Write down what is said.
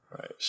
Right